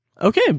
Okay